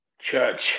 Church